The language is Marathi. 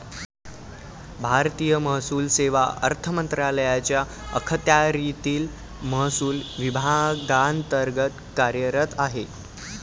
भारतीय महसूल सेवा अर्थ मंत्रालयाच्या अखत्यारीतील महसूल विभागांतर्गत कार्यरत आहे